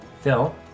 Phil